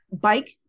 bike